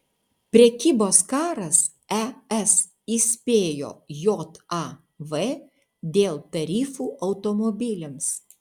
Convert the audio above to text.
prekybos karas es įspėjo jav dėl tarifų automobiliams